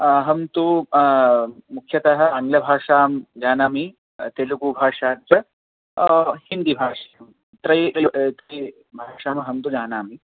अहं तु मुख्यतः आङ्ग्लभाषां जानामि तेलुगुभाषा च हिदिभाषां त्रै त्रै भाषाम् अहं तु जानामि